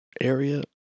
area